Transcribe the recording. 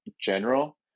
general